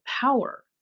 power